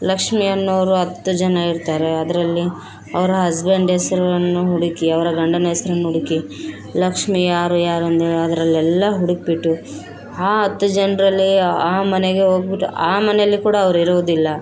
ಲಕ್ಷ್ಮಿ ಅನ್ನೋರು ಹತ್ತು ಜನ ಇರ್ತಾರೆ ಅದರಲ್ಲಿ ಅವರ ಹಸ್ಬೆಂಡ್ ಹೆಸರನ್ನು ಹುಡುಕಿ ಅವರ ಗಂಡನ ಹೆಸರನ್ನು ಹುಡುಕಿ ಲಕ್ಷ್ಮಿ ಯಾರು ಯಾರು ಅಂದೇಳಿ ಅದರಲ್ಲೆಲ್ಲ ಹುಡುಕಿಬಿಟ್ಟು ಆ ಹತ್ತು ಜನರಲ್ಲಿ ಆ ಮನೆಗೆ ಹೋಗ್ಬಿಟ್ಟು ಆ ಮನೆಯಲ್ಲಿ ಕೂಡ ಅವರಿರುವುದಿಲ್ಲ